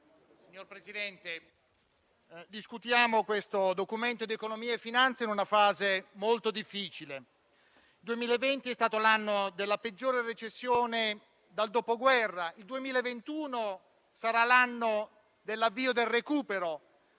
colleghi, discutiamo il Documento di economia e finanza 2021 in una fase molto difficile. Il 2020 è stato l'anno della peggiore recessione dal Dopoguerra, mentre il 2021 sarà l'anno dell'avvio del recupero,